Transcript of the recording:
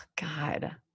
God